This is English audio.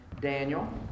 Daniel